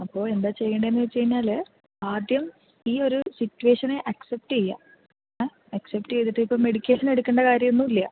അപ്പോൾ എന്താ ചെയ്യേണ്ടതെന്നു വച്ചു കഴിഞ്ഞാൽ ആദ്യം ഈ ഒരു സിറ്റുവേഷനെ അക്സെപ്റ്റ് ചെയ്യുക ആ അക്സെപ്റ്റ് ചെയ്തിട്ടിപ്പോൾ മെഡിക്കേഷൻ എടുക്കേണ്ട കാര്യം ഒന്നുമില്ല